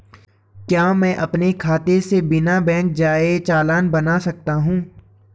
क्या मैं अपने खाते से बिना बैंक जाए चालान बना सकता हूँ?